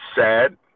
sad